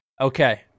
Okay